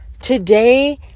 today